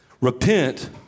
repent